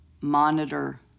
monitor